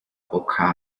bocca